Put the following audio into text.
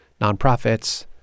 nonprofits